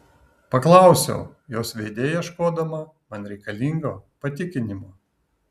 paklausiau jos veide ieškodama man reikalingo patikinimo